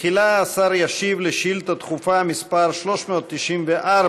תחילה השר ישיב על שאילתה דחופה מס' 394,